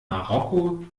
marokko